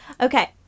Okay